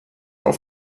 auf